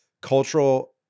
cultural